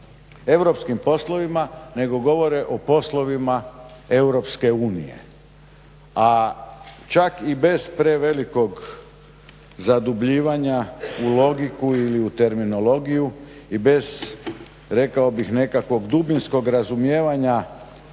europskim poslovima nego govore o poslovima Europske unije. A čak i bez prevelikog zadubljivanja u logiku ili terminologiju i bez rekao bih nekakvog dubinskog razumijevanja